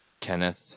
kenneth